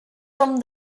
from